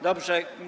Dobrze.